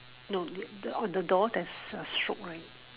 no the on the door there's a stroke right